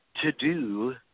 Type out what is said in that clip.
to-do